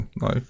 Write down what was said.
no